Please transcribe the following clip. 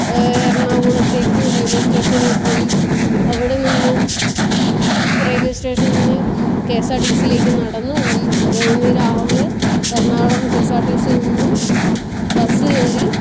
എറണാകുളത്തേക്ക് റെയിൽവേ സ്റ്റേഷനിൽ പോയി അവിടെ നിന്ന് റെയിൽവേ സ്റ്റേഷനിൽ നിന്ന് കെ എസ് ആർ ടി സിയിലേക്ക് നടന്നു പോയി അത് കഴിഞ്ഞ് രാവിലെ Ernakulam K S R T സിയിൽ നിന്ന് ബസ്സ് കയറി